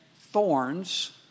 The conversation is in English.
thorns